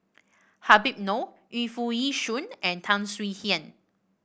Habib Noh Yu Foo Yee Shoon and Tan Swie Hian